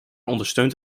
ondersteunt